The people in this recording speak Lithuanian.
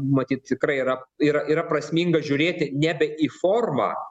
matyt tikrai yra yra yra prasminga žiūrėti nebe į formą